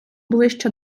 ближче